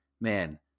man